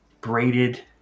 braided